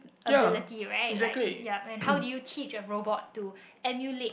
ability right like yup and how did you teach a robot to emulate